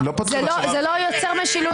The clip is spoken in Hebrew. אנחנו לא פותחים עכשיו -- זה לא יוצר משילות,